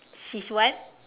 she's what